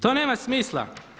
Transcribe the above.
To nema smisla.